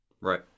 Right